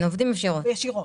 ישירות.